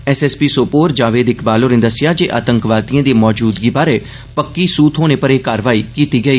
एस S P Sopore Javed Iqbal होरे दस्सेआ जे आतंकवादिएं दी मौजूदगी बारै पक्की सूह थ्होने उप्पर एह् कारवाई कीती गेई